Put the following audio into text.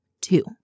Two